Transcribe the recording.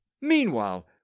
Meanwhile